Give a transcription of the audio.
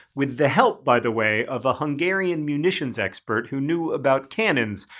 with the help, by the way, of a hungarian munitions expert who knew about cannons.